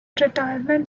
retirement